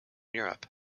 europe